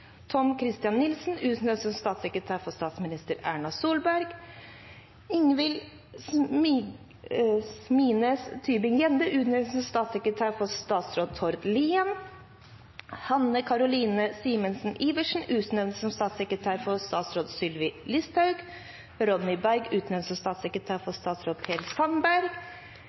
Nilsen utnevnes til statssekretær for statsminister Erna Solberg. 22. Ingvil Smines Tybring-Gjedde utnevnes til statssekretær for statsråd Tord Lien. 23. Hanne Caroline Simonsen Iversen utnevnes til statssekretær for statsråd Sylvi Listhaug. 24. Ronny Berg utnevnes til statssekretær for